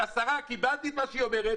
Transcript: השרה, קיבלתי את מה שהיא אומרת.